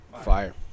fire